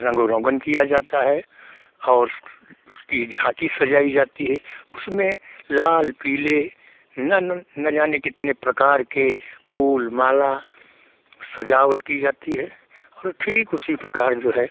रंगो रोगन किया जाता है और उसकी झांकी सजाई जाती है उसमें लाल पीले नन न जाने कितने प्रकार के फूल माला सजावट की जाती है और ठीक उसी प्रकार जो है